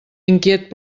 inquiet